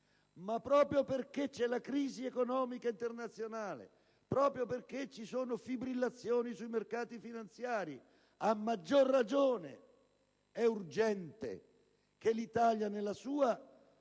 ma proprio perché c'è la crisi economica internazionale, proprio perché ci sono fibrillazioni sui mercati finanziari, a maggior ragione è urgente che il Paese, nella sua